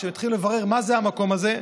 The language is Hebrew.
כשהתחלתי לברר מה זה המקום הזה,